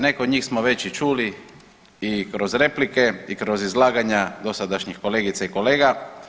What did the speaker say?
Neke od njih smo već i čuli i kroz replike i kroz izlaganja dosadašnjih kolegica i kolega.